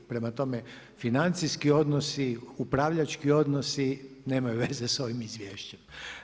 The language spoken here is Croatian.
Prema tome financijski odnosi, upravljački odnosi, nemaju veze s ovim izvješćem.